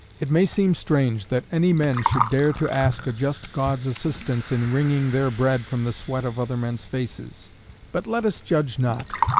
it may seem strange that any men should dare to ask a just god's assistance in wringing their bread from the sweat of other men's faces but let us judge not,